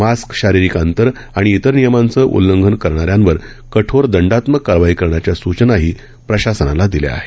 mask शारीरिक अंतर आणि इतर नियमांचं उल्लंघन करणाऱ्यांवर कठोर दंडात्मक कारवाई करण्याच्या सुचनाही प्रशासनाला दिल्या आहेत